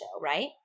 right